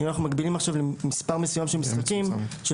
אם אנחנו מגבילים עכשיו למספר מסוים של משחקים אז